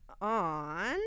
on